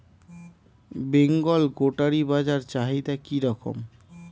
বেঙ্গল গোটারি বাজার চাহিদা কি রকম?